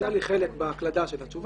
היה לי חלק בהקלדה של התשובה.